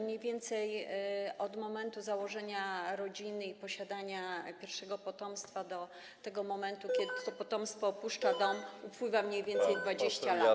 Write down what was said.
Mniej więcej od momentu założenia rodziny i posiadania pierwszego potomstwa do tego momentu, kiedy to potomstwo opuszcza dom, upływa mniej więcej 20 lat.